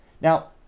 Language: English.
Now